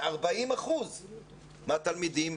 ש-40 אחוזים מהתלמידים,